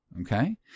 okay